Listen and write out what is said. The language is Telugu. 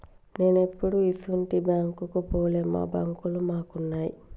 నేనెప్పుడూ ఇసుంటి బాంకుకు పోలే, మా బాంకులు మాకున్నయ్